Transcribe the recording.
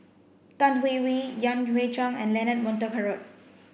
Tan Hwee Hwee Yan Hui Chang and Leonard Montague Harrod